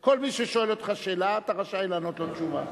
כל מי ששואל אותך שאלה, אתה רשאי לענות לו תשובה.